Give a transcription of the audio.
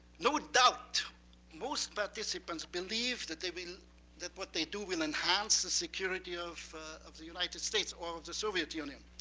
no doubt most participants believe that they will that what they do will enhance the security of of the united states or the soviet union.